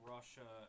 Russia